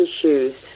issues